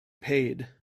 paid